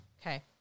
Okay